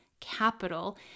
capital